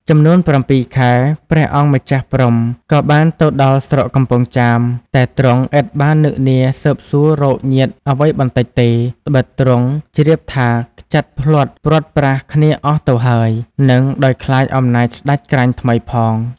ចំនួន ៧ ខែ ព្រះអង្គម្ចាស់ព្រហ្មក៏បានទៅដល់ស្រុកកំពង់ចាមតែទ្រង់ឥតបាននឹកនាស៊ើបសួររកញាតិអ្វីបន្តិចទេ ដ្បិតទ្រង់ជ្រាបថាខ្ចាត់ភ្លាត់ព្រាត់ប្រាសគ្នាអស់ទៅហើយ នឹងដោយខ្លាចអំណាចស្ដេចក្រាញ់ថ្មីផង ។